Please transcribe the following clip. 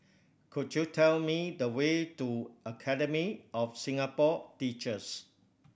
could you tell me the way to Academy of Singapore Teachers